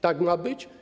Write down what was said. Tak ma być?